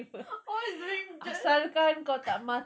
always doing the